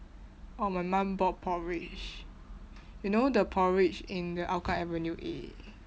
oh my mum bought porridge you know the porridge in the hougang avenue eight